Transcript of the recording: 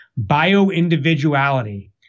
bioindividuality